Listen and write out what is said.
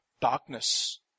darkness